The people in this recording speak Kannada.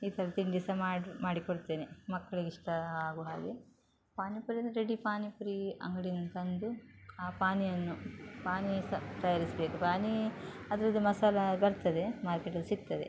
ಈ ಥರ ತಿಂಡಿ ಸಹ ಮಾಡಿ ಮಾಡಿಕೊಡ್ತೇನೆ ಮಕ್ಳಿಗೆ ಇಷ್ಟ ಆಗೋ ಹಾಗೆ ಪಾನಿಪುರಿನೂ ರೆಡಿ ಪಾನಿಪುರಿ ಅಂಗಡಿಯಿಂದ ತಂದು ಆ ಪಾನಿಯನ್ನು ಪಾನಿ ಸಹ ತಯಾರಿಸಬೇಕು ಪಾನಿ ಅದರದೇ ಮಸಾಲೆ ಬರ್ತದೆ ಮಾರ್ಕೆಟಲ್ಲಿ ಸಿಕ್ತದೆ